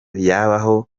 yabaho